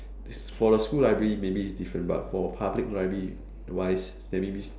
for the school library maybe it's different but for public library wise there may be